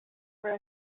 for